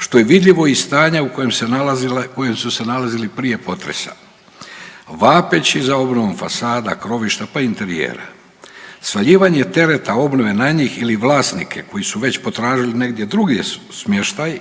što je vidljivo iz stanja u kojem su se nalazili prije potresa. Vapeći za obnovom fasada, krovišta, pa i interijera. Svaljivanje tereta obnove na njih ili vlasnike koji su već potražili negdje drugdje smještaj,